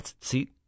see